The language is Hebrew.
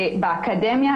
באקדמיה,